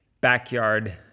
backyard